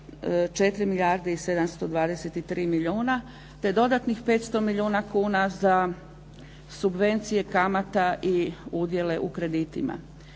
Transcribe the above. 4 milijarde i 723 milijuna te dodatnih 500 milijuna kuna za subvencije kamata i udjele u kreditima.